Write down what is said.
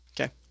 Okay